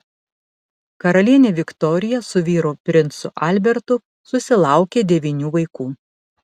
karalienė viktorija su vyru princu albertu susilaukė devynių vaikų